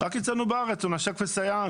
רק אצלנו בארץ הוא נחשב כסייען,